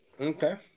Okay